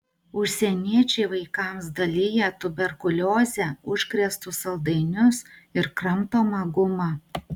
užsieniečiai vaikams dalija tuberkulioze užkrėstus saldainius ir kramtomą gumą